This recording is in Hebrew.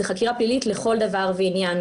זו חקירה פלילית לכל דבר ועניין.